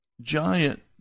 giant